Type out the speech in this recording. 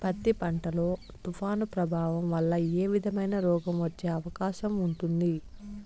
పత్తి పంట లో, తుఫాను ప్రభావం వల్ల ఏ విధమైన రోగం వచ్చే అవకాశం ఉంటుంది?